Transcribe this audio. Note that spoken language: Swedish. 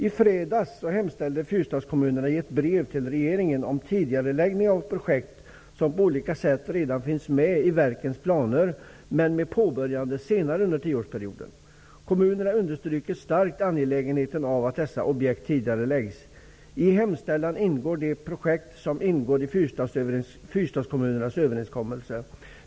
I fredags hemställde Fyrstadskommunerna i ett brev till regeringen om tidigareläggning av projekt som på olika sätt redan finns med i verkens planer men som skall påbörjas senare under tioårsperioden. Kommunerna understryker starkt angelägenheten av att dessa objekt tidigareläggs. Fyrstadskommunernas överenskommelse upp.